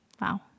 wow